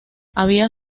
había